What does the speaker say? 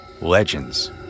legends